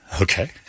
Okay